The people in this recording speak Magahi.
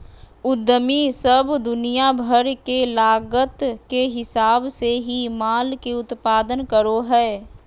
उद्यमी सब दुनिया भर के लागत के हिसाब से ही माल के उत्पादन करो हय